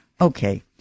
Okay